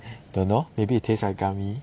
dunno maybe it tastes like gummy